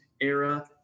era